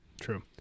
True